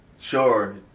sure